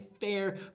fair